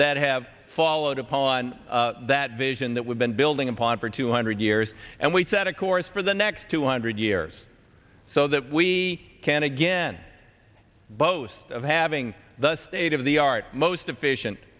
that have followed upon that vision that we've been building upon for two hundred years and we set a course for the next two hundred years so that we can again boast of having the state of the art most efficient